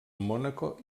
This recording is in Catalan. mònaco